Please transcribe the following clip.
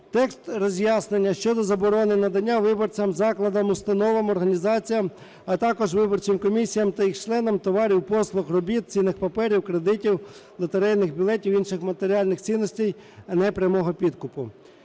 Текст роз'яснення щодо заборони надання виборцям, закладам, установам, організаціям, а також виборчим комісіям та їх членам товарів, послуг, робіт, цінних паперів, кредитів, лотерейних білетів, інших матеріальних цінностей (непрямого підкупу).